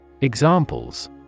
Examples